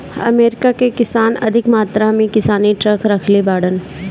America कअ किसान अधिका मात्रा में किसानी ट्रक रखले बाड़न